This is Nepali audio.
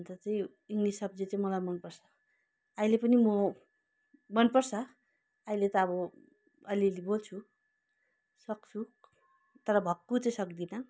अन्त चाहिँ इङ्ग्लिस सब्जेक्ट चाहिँ मलाई मनपर्छ अहिले पनि म मनपर्छ अहिले त अब अलिअलि बोल्छु सक्छु तर भक्कु चाहिँ सक्दिनँ